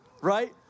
right